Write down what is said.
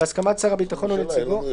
בהסכמת שר הביטחון או נציגו,